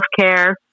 healthcare